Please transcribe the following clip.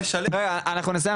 אנחנו כבר מסיימים,